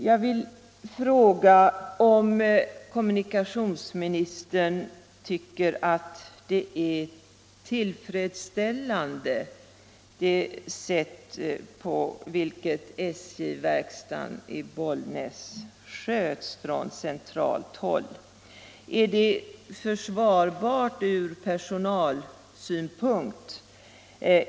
Jag vill fråga om kommunikationsministern tycker att det sätt på vilket SJ-verkstaden i Bollnäs sköts från centralt håll är tillfredsställande. Är det försvarbart från personalsynpunkt?